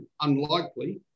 unlikely